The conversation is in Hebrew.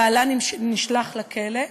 בעלה נשלח לכלא,